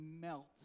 melt